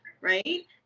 right